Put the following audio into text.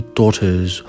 daughters